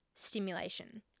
stimulation